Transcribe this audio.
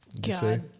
God